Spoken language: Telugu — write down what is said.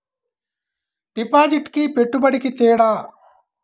డిపాజిట్కి పెట్టుబడికి తేడా?